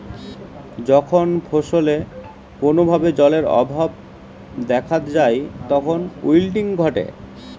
যখন ফসলে কোনো ভাবে জলের অভাব দেখাত যায় তখন উইল্টিং ঘটে